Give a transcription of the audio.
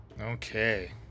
Okay